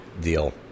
deal